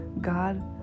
God